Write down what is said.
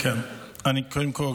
קודם כול,